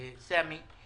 וסמי,